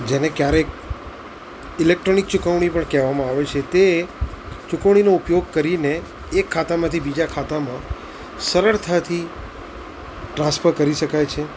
જેને ક્યારેક ઇલેક્ટ્રોનિક ચુકવણી પણ કહેવામાં આવે છે તે ચુકવણીનો ઉપયોગ કરીને એક ખાતામાંથી બીજા ખાતામાં સરળતાથી ટ્રાન્સફર કરી શકાય છે